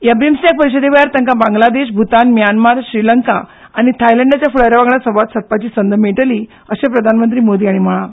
ह्या ब्रिंमस्टॅक परिशदे वेळार तांका बांगलादेश भुतान म्यानमार श्रीलंका आनी थायलँडाच्या फूडाऱ्यां वांगडा संवाद सादपाची संद मेळटली अशेंय प्रधानमंत्री मोदी हांणी म्हळां